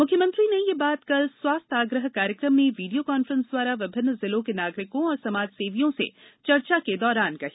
मुख्यमंत्री ने यह बात कल स्वास्थ्य आग्रह कार्यक्रम में वीडियो कॉफ्रेंस द्वारा विभिन्न जिलों के नागरिकों और समाज सेवियों से चर्चा के दौरान कही